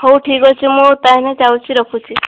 ହଉ ଠିକ ଅଛି ମୁଁ ତାହାଲେ ଯାଉଛି ରଖୁଛି